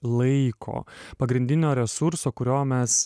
laiko pagrindinio resurso kurio mes